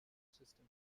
system